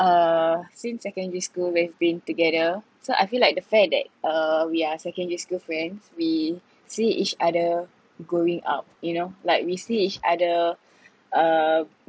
uh since secondary school we've been together so I feel like the fact that uh we are secondary school friends we see each other growing up you know like we see each other uh